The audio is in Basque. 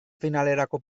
finalerako